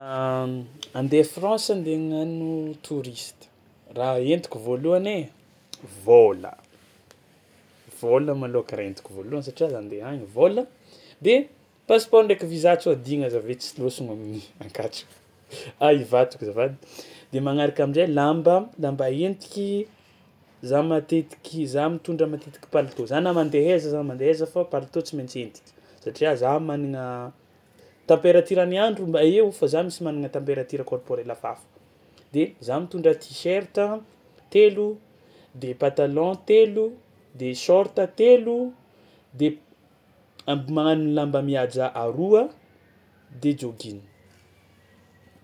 Andeha à France andeha hagnano touriste, raha entiko voalohany ai, vôla vôla malôhaka raha entiko voalohany satria raha andeha agny vôla de passeport ndraiky visa tsy ho adigna za avy eo tsy lôsogno amin'i Ankatso ay Ivato azafady; de magnaraka amin-jay lamba lamba entiky za matetiky za mitondra matetiky palitao za na mandeha aiza za mandeha aiza fô palitao tsy maintsy entiky satria za managna températuren'ny andro mba eo fa zaho mihitsy managna température corporelle hafahafa, de za mitondra tiserta telo de patalon telo de short telo de amby magnano lamba mihaja aroa de jogging.